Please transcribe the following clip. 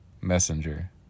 messenger